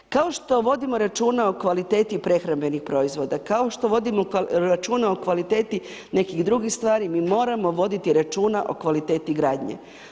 Kao što vodimo računa o kvaliteti prehrambenih proizvoda, kao što vodimo računa o kvaliteti nekih drugih stvari, mi moramo voditi računa o kvaliteti gradnje.